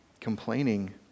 Complaining